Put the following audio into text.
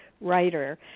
writer